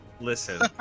listen